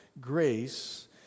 grace